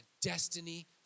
destiny